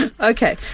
Okay